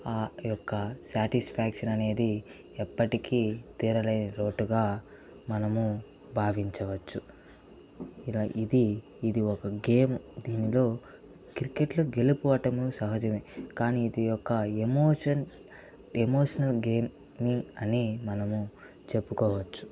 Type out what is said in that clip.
ఆ యొక్క సాటిస్ఫాక్షన్ అనేది ఎప్పటికీ తీరలేని లోటుగా మనము భావించవచ్చు ఇలా ఇది ఇది ఒక గేమ్ దీనిలో క్రికెట్ లో గెలుపు ఓటములు సహజమే కానీ ఇది ఒక ఎమోషన్ ఎమోషనల్ గేమ్ అని మనము చెప్పుకోవచ్చు